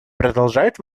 продолжает